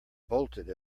bolted